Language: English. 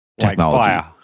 technology